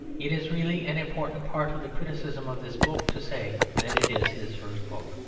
it is really an important part of the criticism of this book to say that it is his first book.